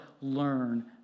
learn